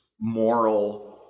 moral